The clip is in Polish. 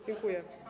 Dziękuję.